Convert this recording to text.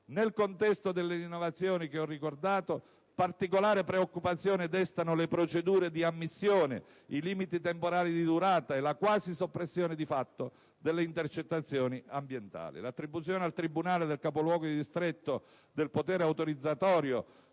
Nel contesto delle innovazioni che ho ricordato, particolare preoccupazione destano la procedura di ammissione, i limiti temporali di durata e la quasi soppressione di fatto delle intercettazioni ambientali. L'attribuzione al tribunale del capoluogo di distretto del potere autorizzatorio,